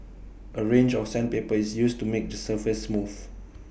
A range of sandpaper is used to make the surface smooth